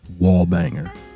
Wallbanger